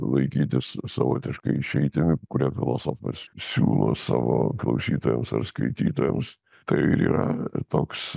laikyti sa savotiška išeitimi kurią filosofas siūlo savo klausytojams ar skaitytojams tai ir yra toks